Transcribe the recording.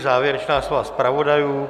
Závěrečná slova zpravodajů.